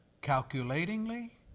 calculatingly